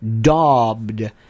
daubed